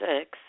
six